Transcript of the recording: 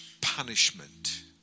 punishment